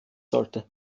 sollte